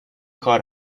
کار